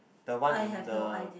the one in the